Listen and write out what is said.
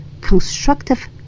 constructive